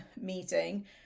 meeting